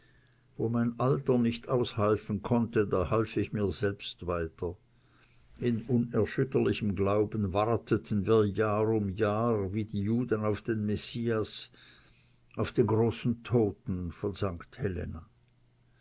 wo mein alter nicht aushelfen konnte da half ich mir selbst weiter in unerschütterlichem glauben warteten wir jahr um jahr wie die juden auf den messias auf den großen toten von st helena